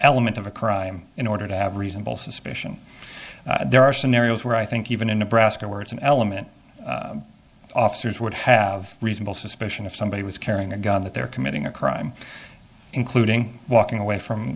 element of a crime in order to have reasonable suspicion there are scenarios where i think even in nebraska where it's an element officers would have reasonable suspicion if somebody was carrying a gun that they're committing a crime including walking away from